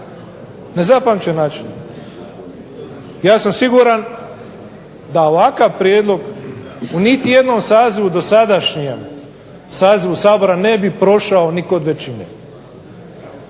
Nezapamćen način. Ja sam siguran da ovakav prijedlog u niti jednom sazivu, dosadašnjem sazivu Sabora ne bi prošao ni kod većine.